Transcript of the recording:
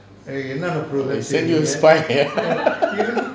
they send you spy